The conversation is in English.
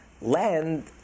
Land